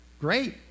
great